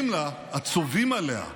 הצובאים עליה: